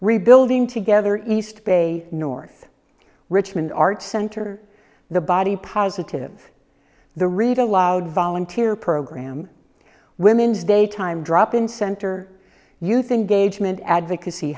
rebuilding together east bay north richmond arts center the body positive the read aloud volunteer program women's day time drop in center youth and gauge meant advocacy